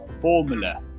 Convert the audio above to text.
formula